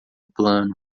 plano